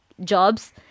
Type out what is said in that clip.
jobs